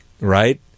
right